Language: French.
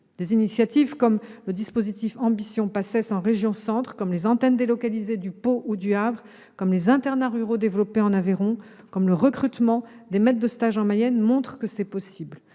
Des initiatives comme le dispositif Ambition PACES en région Centre, comme les antennes délocalisées de Pau ou du Havre, comme les internats ruraux développés en Aveyron, comme le recrutement de maîtres de stage en Mayenne, montrent que c'est possible.